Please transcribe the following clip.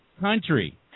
country